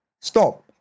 stop